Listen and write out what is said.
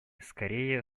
скорее